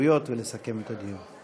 להסתייגויות ולסכם את הדיון.